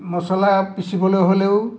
মছলা পিচিবলৈ হ'লেও